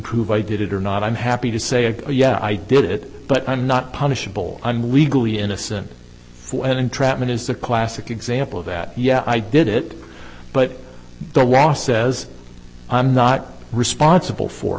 prove i did it or not i'm happy to say yeah i did it but i'm not punishable i'm legally innocent for an entrapment is the classic example of that yeah i did it but says i'm not responsible for